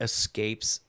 Escapes